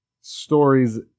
stories